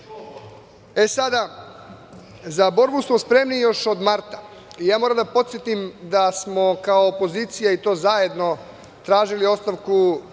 borba.Za borbu smo spremni još od marta. Ja moram da podsetim da smo kao opozicija, i to zajedno, tražili ostavku,